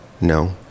no